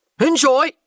enjoy